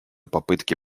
попытки